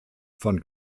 von